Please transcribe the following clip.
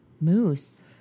Moose